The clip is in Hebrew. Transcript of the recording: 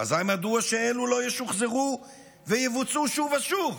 אזי מדוע אלו לא ישוחזרו ויבוצעו שוב ושוב?